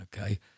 okay